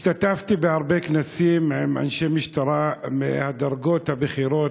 השתתפתי בהרבה כנסים עם אנשי משטרה מהדרגות הבכירות,